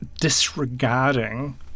disregarding